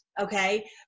Okay